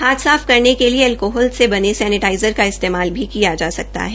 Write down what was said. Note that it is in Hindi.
हाथ साफ करने के लिए एल्कोहल से बने सैनेटाइज़ का इस्तेमाल भी किया जा सकता है